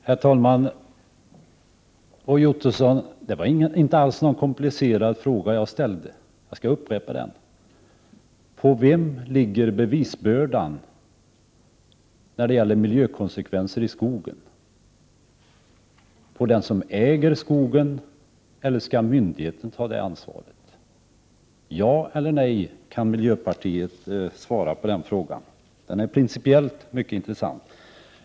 Herr talman! Det var inte alls någon komplicerad fråga jag ställde, Roy Ottosson. Jag skall upprepa den: På vem ligger bevisbördan när det gäller miljökonsekvenser i skogen — skall den som äger skogen eller myndigheten ta det ansvaret? Kan miljöpartiet svara på den frågan — ja eller nej? Den är principiellt mycket intressant.